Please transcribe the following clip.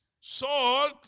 Salt